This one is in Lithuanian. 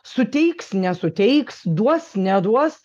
suteiks nesuteiks duos neduos